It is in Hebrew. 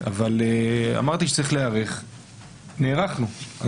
אבל אמרתי שצריך להיערך, נערכנו.